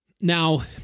now